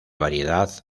variedad